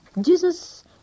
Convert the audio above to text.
Jesus